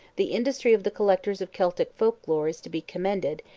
the industry of the collectors of celtic folk-lore is to be commended,